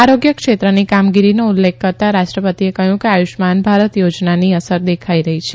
આરોગ્ય ક્ષેત્રની કામગીરીનો ઉલ્લેખ કરતાં રાષ્ટ્રપતિએ કહ્યું કે આયુષ્યમાન ભારત યોજનાની અસર દેખાઈ રહી છે